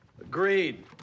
Agreed